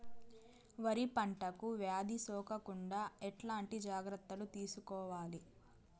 వరి పంటకు వ్యాధి సోకకుండా ఎట్లాంటి జాగ్రత్తలు తీసుకోవాలి?